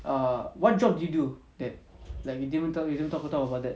err what job do you do dad like you didn't even tell me you don't talk talk about that